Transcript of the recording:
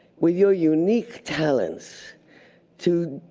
when your unique talents to,